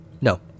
No